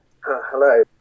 Hello